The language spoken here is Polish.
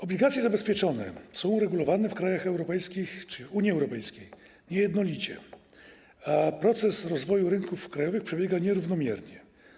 Obligacje zabezpieczone są uregulowane w krajach europejskich czy Unii Europejskiej niejednolicie, a proces rozwoju rynków krajowych przebiega nierównomiernie.